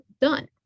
done